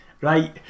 Right